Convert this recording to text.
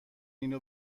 اینو